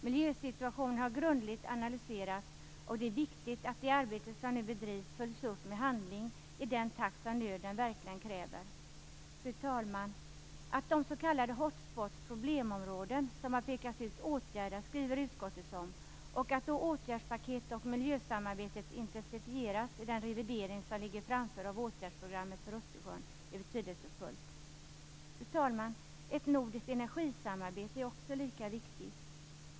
Miljösituationen har grundligt analyserats, och det är viktigt att det arbete som nu bedrivs följs upp med handling i den takt som nöden verkligen kräver. Fru talman! Att de s.k. hot spots, problemområden som har pekats ut, åtgärdas skriver utskottet om. Att då åtgärdspaket och miljösamarbete intensifieras i revideringen av åtgärdsprogrammet för Östersjön är betydelsefullt. Fru talman! Ett nordiskt energisamarbete är också lika viktigt.